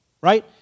Right